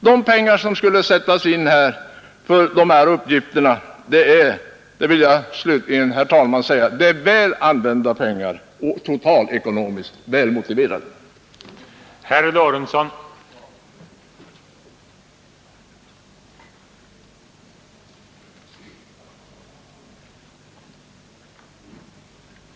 De pengar som nu skulle sättas in för dessa uppgifter är — det vill jag, herr talman, slutligen säga — väl använda och totalekonomiskt motiverade pengar.